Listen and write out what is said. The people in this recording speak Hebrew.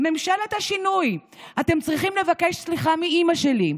"ממשלת השינוי, אתם צריכים לבקש סליחה מאימא שלי.